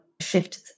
shift